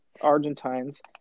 Argentines